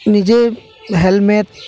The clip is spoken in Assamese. নিজে হেলমেট